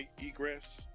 egress